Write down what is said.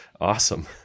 Awesome